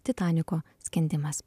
titaniko skendimas